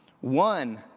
One